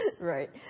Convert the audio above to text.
Right